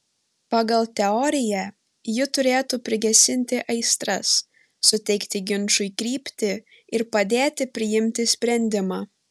pagal teoriją ji turėtų prigesinti aistras suteikti ginčui kryptį ir padėti priimti sprendimą